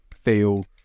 feel